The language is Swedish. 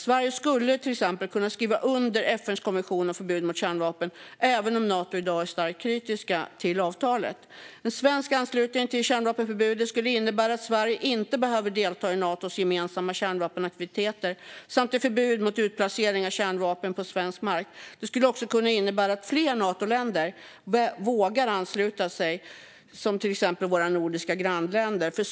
Sverige skulle till exempel kunna skriva under FN:s konvention om förbud mot kärnvapen även om Nato i dag är starkt kritiskt till avtalet. En svensk anslutning till kärnvapenförbudet skulle innebära att Sverige inte behöver delta i Natos gemensamma kärnvapenaktiviteter samt ett förbud mot utplacering av kärnvapen på svensk mark. Det skulle också kunna innebära att fler Natoländer vågade ansluta sig, till exempel våra nordiska grannländer.